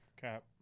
Cap